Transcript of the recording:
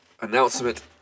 announcement